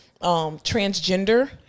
transgender